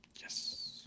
Yes